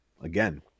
again